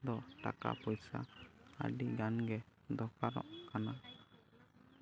ᱫᱚ ᱴᱟᱠᱟ ᱯᱚᱭᱥᱟ ᱟᱹᱰᱤᱜᱟᱱ ᱜᱮ ᱫᱚᱨᱠᱟᱨᱚᱜ ᱠᱟᱱᱟ